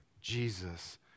Jesus